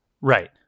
right